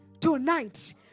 tonight